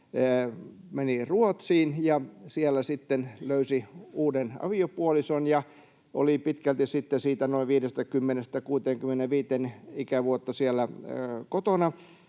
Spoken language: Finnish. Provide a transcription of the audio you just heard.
meni Ruotsiin ja siellä sitten löysi uuden aviopuolison ja oli pitkälti noin 50:stä 65 ikävuoteen